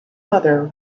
mother